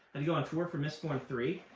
and go on tour for mistborn three